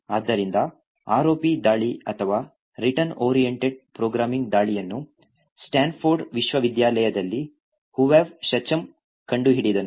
ಆದ್ದರಿಂದ ROP ದಾಳಿ ಅಥವಾ ರಿಟರ್ನ್ ಓರಿಯೆಂಟೆಡ್ ಪ್ರೋಗ್ರಾಮಿಂಗ್ ದಾಳಿಯನ್ನು ಸ್ಟ್ಯಾನ್ಫೋರ್ಡ್ ವಿಶ್ವವಿದ್ಯಾಲಯದಲ್ಲಿ ಹೋವವ್ ಶಚಮ್ ಕಂಡುಹಿಡಿದನು